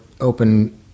open